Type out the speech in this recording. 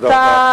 תודה רבה.